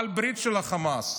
בעל ברית של החמאס.